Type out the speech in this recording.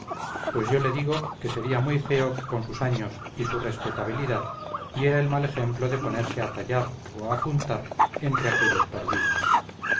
pues yo le digo que sería muy feo que con sus años y su respetabilidad diera el mal ejemplo de ponerse a tallar o apuntar entre aquellos perdidos